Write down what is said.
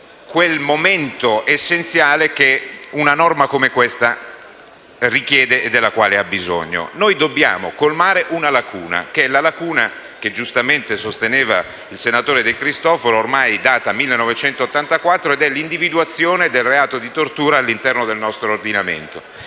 quel momento essenziale che una norma come quella in esame richiede e del quale ha bisogno. Dobbiamo colmare una lacuna che - come giustamente sosteneva il senatore De Cristofaro - è ormai datata al 1984 ed è l'individuazione del reato di tortura all'interno del nostro ordinamento.